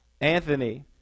Anthony